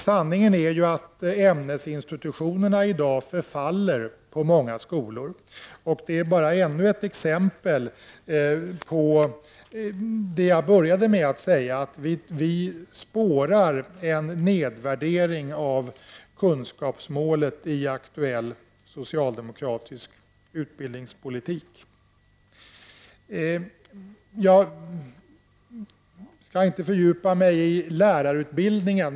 Sanningen är ju att ämnesinstitutionerna i dag förfaller på många skolor. Det är bara ännu ett exempel på den nedvärdering av kunskapsmålet som vi spårar i aktuell socialdemokratisk utbildningspolitik. Jag skall inte fördjupa mig i lärarutbildningen.